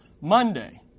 Monday